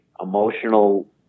emotional